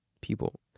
people